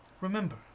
Remember